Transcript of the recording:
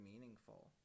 meaningful